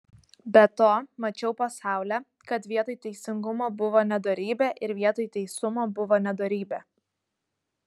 be to mačiau po saule kad vietoj teisingumo buvo nedorybė ir vietoj teisumo buvo nedorybė